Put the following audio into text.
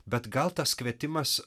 bet gal tas kvietimas